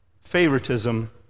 favoritism